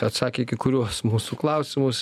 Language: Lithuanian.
atsakė į kai kuriuos mūsų klausimus